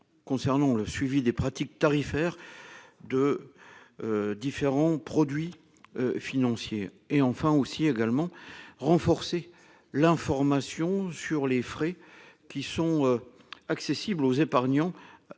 Concernant le suivi des pratiques tarifaires de. Différents produits. Financiers et enfin aussi également renforcer l'information sur les frais qui sont accessibles aux épargnants.